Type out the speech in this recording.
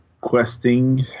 questing